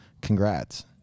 congrats